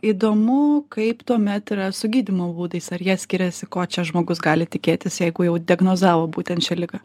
įdomu kaip tuomet yra su gydymo būdais ar jie skiriasi ko čia žmogus gali tikėtis jeigu jau diagnozavo būtent šią ligą